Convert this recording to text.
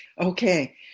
Okay